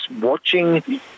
watching